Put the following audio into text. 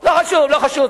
לא חשוב, לא חשוב.